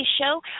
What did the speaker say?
show